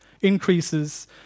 increases